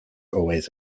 always